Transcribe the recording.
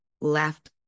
left